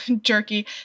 jerky